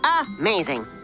amazing